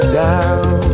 down